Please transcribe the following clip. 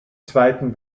zweiten